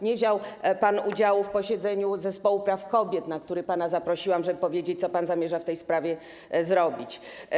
Nie wziął pan udziału w posiedzeniu zespołu praw kobiet, na które pana zaprosiłam, żeby pan powiedział, co zamierza w tej sprawie zrobić.